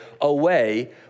away